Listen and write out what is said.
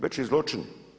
Veći zločin.